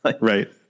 Right